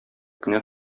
кенә